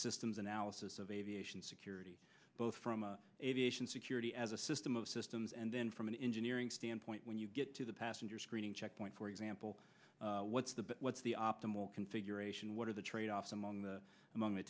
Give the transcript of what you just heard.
systems analysis of aviation security both from a aviation security as a system of systems and then from an engineering stand point when you get to the passenger screening checkpoint for example what's the what's the optimal configuration what are the tradeoffs among the among the